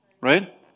Right